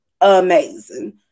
amazing